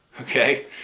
okay